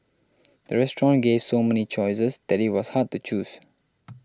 the restaurant gave so many choices that it was hard to choose